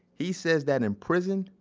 he says that in prison,